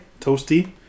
toasty